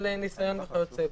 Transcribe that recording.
של ניסיון וכיוצא בזה.